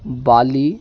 बाली